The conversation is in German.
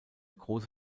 große